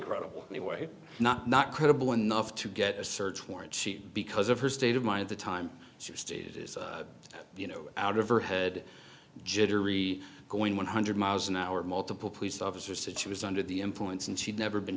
credible anyway not not credible enough to get a search warrant because of her state of mind the time she stated is you know out of her head jittery going one hundred miles an hour multiple police officer said she was under the influence and she'd never been